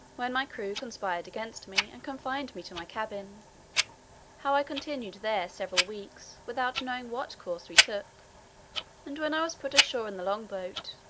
when my crew conspired against me, and confined me to my cabin how i continued there several weeks without knowing what course we took and when and i was put ashore in the long-boat,